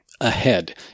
ahead